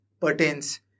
pertains